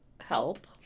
help